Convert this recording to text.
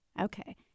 Okay